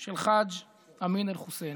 של חאג' אמין אל-חוסייני.